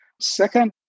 Second